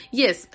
yes